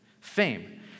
fame